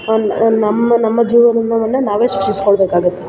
ನಮ್ಮ ನಮ್ಮ ಜೀವನವನ್ನು ನಾವೇ ಸೃಷ್ಟಿಸಿಕೊಳ್ಬೇಕಾಗತ್ತೆ